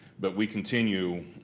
but we continue,